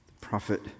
prophet